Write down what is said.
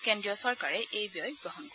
কেন্দ্ৰীয় চৰকাৰে এই ব্যয় বহন কৰিব